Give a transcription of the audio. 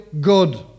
good